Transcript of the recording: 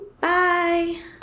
bye